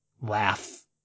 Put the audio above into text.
laugh